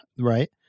right